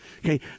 Okay